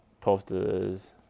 posters